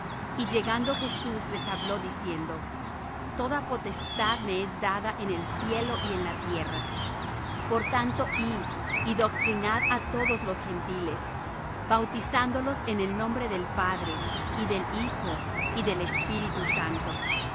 y llegando jesús les habló diciendo toda potestad me es dada en el cielo y en la tierra por tanto id y doctrinad á todos los gentiles bautizándolos en el nombre del padre y del hijo y del espíritu santo